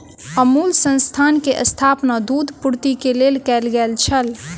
अमूल संस्थान के स्थापना दूध पूर्ति के लेल कयल गेल छल